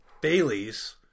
Baileys